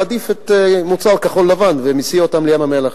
מעדיף מוצר כחול-לבן ומסיע אותם לים-המלח.